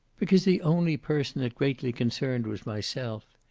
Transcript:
because the only person it greatly concerned was myself.